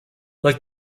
like